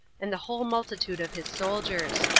and the whole multitude of his soldiers.